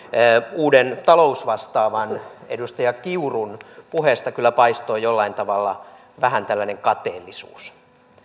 uuden talousvastaavan edustaja kiurun puheesta kyllä paistoi jollain tavalla vähän tällainen kateellisuus